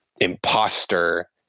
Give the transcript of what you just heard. imposter